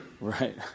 Right